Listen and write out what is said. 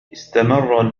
استمر